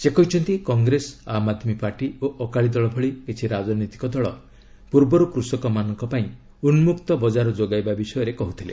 ସେ କହିଛନ୍ତି କଂଗ୍ରେସ ଆମ୍ ଆଦମୀ ପାର୍ଟି ଓ ଅକାଳୀ ଦଳ ଭଳି କିଛି ରାଜନୈତିକ ଦଳ ପୂର୍ବରୁ କୃଷକମାନଙ୍କ ପାଇଁ ଉନ୍ମକ୍ତ ବଜାର ଯୋଗାଇବା ବିଷୟରେ କହୁଥିଲେ